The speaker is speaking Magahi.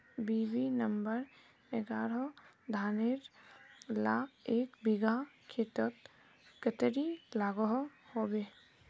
बी.बी नंबर एगारोह धानेर ला एक बिगहा खेतोत कतेरी लागोहो होबे?